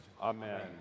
Amen